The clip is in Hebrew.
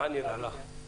מה נראה לך?